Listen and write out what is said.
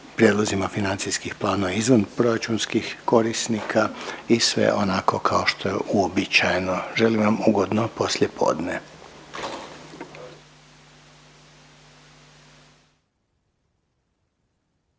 Prijedlozima financijskih planova izvanproračunskih korisnika i sve onako kao što je uobičajeno. Želim vam ugodno poslijepodne.